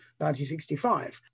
1965